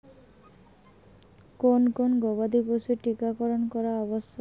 কোন কোন গবাদি পশুর টীকা করন করা আবশ্যক?